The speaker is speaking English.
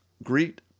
Greet